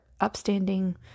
upstanding